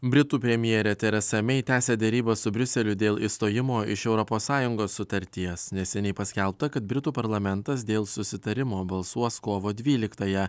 britų premjerė teresa mei tęsia derybas su briuseliu dėl išstojimo iš europos sąjungos sutarties neseniai paskelbta kad britų parlamentas dėl susitarimo balsuos kovo dvyliktąją